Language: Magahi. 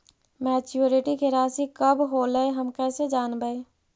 मैच्यूरिटी के रासि कब होलै हम कैसे जानबै?